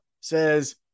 says